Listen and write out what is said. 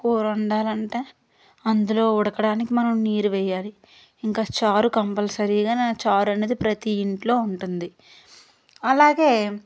కూర వండాలి అంటే అందులో ఉడకడానికి మనం నీరు వేయాలి ఇంకా చారు కంపల్సరిగా నా చారు అనేది ప్రతి ఇంట్లో ఉంటుంది అలాగే